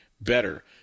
better